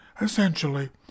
Essentially